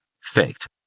faked